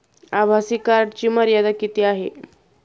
आभासी कार्डची मर्यादा किती आहे?